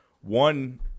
one